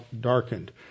darkened